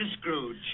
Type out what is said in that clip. Scrooge